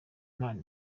impano